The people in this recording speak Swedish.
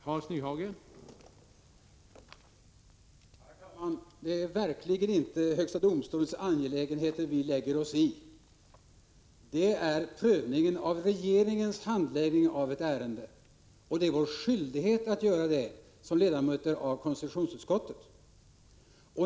Herr talman! Det är verkligen inte högsta domstolens angelägenheter vi lägger ossi. Vi prövar regeringens handläggning av ett ärende, och det är vår skyldighet att göra det som ledamöter av konstitutionsutskottet.